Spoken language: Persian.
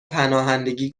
پناهندگی